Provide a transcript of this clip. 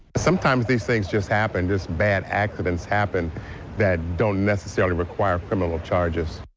sometimes these things just happen. just bad accidents happen that don't necessarily require criminal charges.